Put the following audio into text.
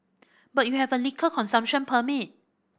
but you have a liquor consumption permit